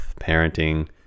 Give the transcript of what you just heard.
parenting